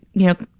you know,